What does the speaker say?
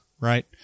right